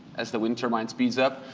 as the wind turbine speeds up,